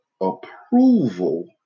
approval